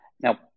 Now